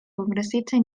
congresistas